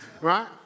Right